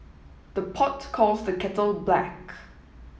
the pot calls the kettle black